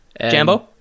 Jambo